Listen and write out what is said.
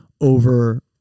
over